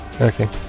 Okay